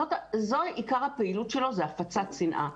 זוהי עיקר הפעילות שלו, הפצת שנאה.